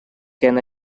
can